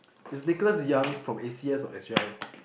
is Nicholas Yong from A C S or S_G_I